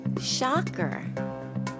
Shocker